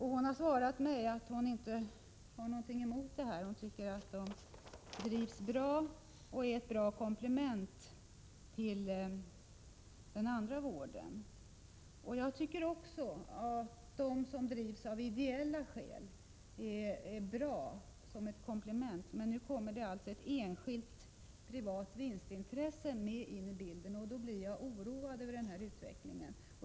Hon har svarat mig att hon inte har någonting emot den, att hon tycker att dessa enheter drivs bra och utgör ett bra komplement till den andra vården. Jag tycker också att vårdenheter som drivs av ideella skäl är bra som ett komplement. Men nu kommer alltså enskilda vinstintressen in i bilden, och då blir jag oroad över utvecklingen.